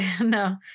No